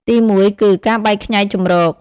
ទីមួយគឺ ការបែកខ្ញែកជម្រក។